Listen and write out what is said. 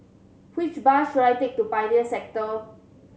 which bus should I take to Pioneer Sector